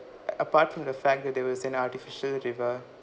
apart from the fact that there was an artificial river